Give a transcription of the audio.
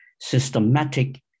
systematic